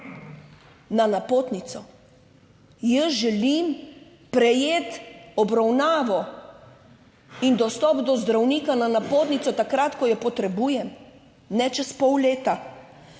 na napotnico. Jaz želim prejeti obravnavo in dostop do zdravnika na napotnico takrat, ko jo potrebujem, ne čez pol leta,